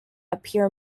appear